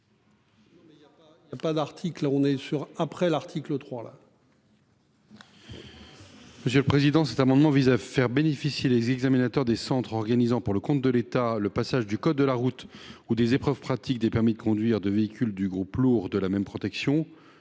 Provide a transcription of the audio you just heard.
M. le rapporteur. Cet amendement vise à faire bénéficier les examinateurs des centres organisant, pour le compte de l'État, le passage de l'examen du code de la route ou des épreuves pratiques des permis de conduire de véhicules du groupe lourd de la même protection